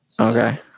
Okay